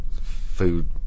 food